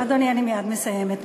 אדוני, אני מייד מסיימת.